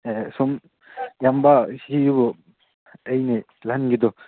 ꯑꯦ ꯁꯣꯝ ꯏꯌꯥꯝꯕ ꯁꯤꯕꯨ ꯑꯩꯅꯦ ꯅꯍꯥꯟꯒꯤꯗꯣ